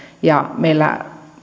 ja meillä